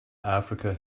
africa